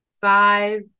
five